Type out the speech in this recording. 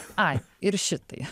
ai ir šitai